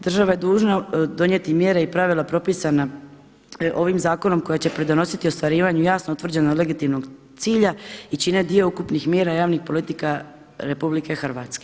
Država je dužna donijeti mjere i pravila propisana ovim zakonom koji će pridonositi ostvarivanju jasno utvrđenog legitimnog cilja i čine dio ukupnih mjera javnih politika RH.